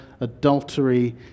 adultery